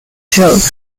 shows